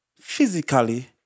physically